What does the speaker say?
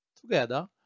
Together